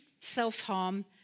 self-harm